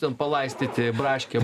ten palaistyti braškėm